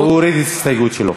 הוא הוריד את ההסתייגות שלו.